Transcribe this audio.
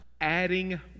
adding